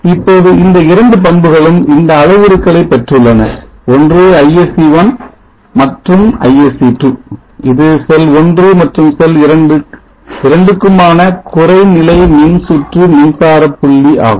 இப்போது இந்த 2 பண்புகளும் இந்த அளவுருக்களை பெற்றுள்ளன ஒன்று Isc1 மற்றும் Isc2 இது செல் 1 மற்றும் செல் 2 இரண்டுக்குமான குறை நிலை மின்சுற்று மின்சாரப் புள்ளிஆகும்